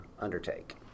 undertake